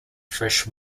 fresh